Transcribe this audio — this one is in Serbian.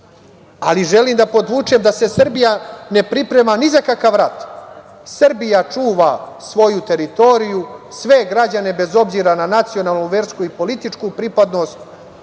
da podvučem da se Srbija ne priprema ni za kakav rat. Srbija čuva svoju teritoriju, sve građane bez obzira na nacionalnu, versku i političku pripadnost.